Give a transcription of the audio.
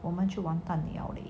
我们去完蛋了